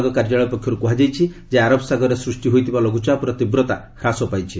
ପାଣିପାଗ କାର୍ଯ୍ୟାଳୟ ପକ୍ଷରୁ କୁହାଯାଇଛି ଯେ ଆରବସାଗରରେ ସୃଷ୍ଟି ହୋଇଥିବା ଲଘ୍ରଚାପର ତୀବ୍ରତା ହ୍ରାସ ପାଇଛି